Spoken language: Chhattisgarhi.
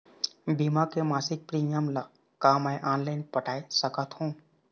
बीमा के मासिक प्रीमियम ला का मैं ऑनलाइन पटाए सकत हो?